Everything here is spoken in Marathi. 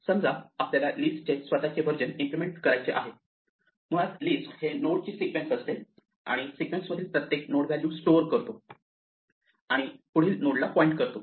समजा आपल्याला लिस्टचे आपले स्वतःचे व्हर्जन इम्प्लिमेंट करायचे आहे मुळात लिस्ट हे नोड ची सिक्वेन्स असते आणि सिक्वेन्स मधील प्रत्येक नोड व्हॅल्यू स्टोअर करतो आणि आणि पुढील नोडला पॉईंट करतो